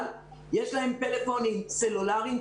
אבל יש להם טלפונים סלולאריים.